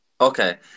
Okay